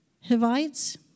Hivites